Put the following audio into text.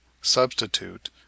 substitute